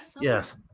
yes